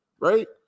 right